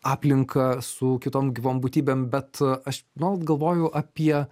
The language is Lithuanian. aplinka su kitom gyvom būtybėm bet aš nuolat galvoju apie